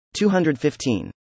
215